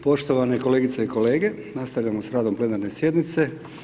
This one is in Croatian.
Poštovane kolegice i kolege, nastavljamo sa radom plenarne sjednice.